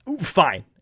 Fine